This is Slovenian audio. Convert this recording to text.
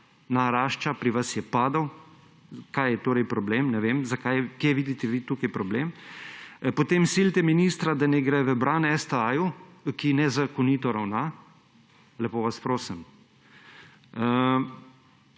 narašča, pri vas je padel. Kaj je torej problem? Ne vem, kje vidite vi tukaj problem. Potem silite ministra, da naj gre v bran STA, ki nezakonito ravna. Lepo vas prosim.